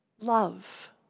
Love